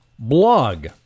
blog